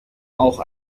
auch